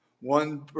One